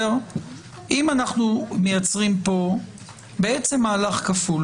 אם אנחנו מייצרים פה מהלך כפול